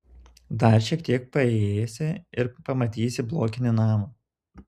dar šiek tiek paėjėsi ir pamatysi blokinį namą